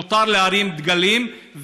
מותר להרים דגלים,